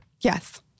Yes